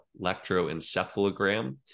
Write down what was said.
electroencephalogram